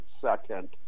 second